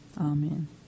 Amen